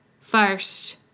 first